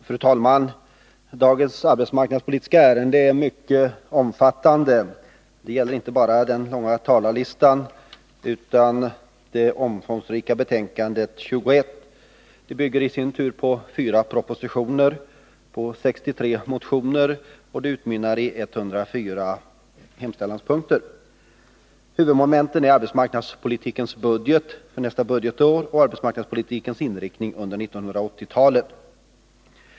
Fru talman! Dagens arbetsmarknadspolitiska ärende är mycket omfattande. Detta omdöme gäller inte bara den långa talarlistan utan också det omfångsrika betänkandet nr 21. Det bygger i sin tur på 4 propositioner och 63 motioner, och det utmynnar i en hemställan på 104 punkter. Huvudmomenten är arbetsmarknadspolitikens budget för nästa budgetår och arbetsmarknadspolitikens inriktning under 1980-talet.